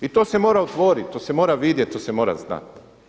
I to se mora otvoriti, to se mora vidjeti, to se mora znati.